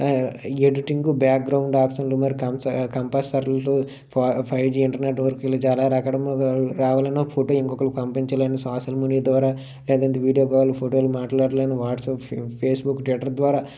editing background ఆప్షన్లు మరియు కంస్ కంపెసర్లు ఫైవ్ జి ఇంటర్నెట్ వర్కులు చాలా రకాల రావాలన్న ఫోటో ఇంకొకరికి పంపించాలన్న సోషల్ మీడియా ద్వారా లేదంటే వీడియో కాల్ ఫోటోలు మాట్లాడాలని వాట్స్ఆప్ ఫేస్బుక్ ట్విట్టర్ ద్వారా